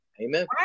Amen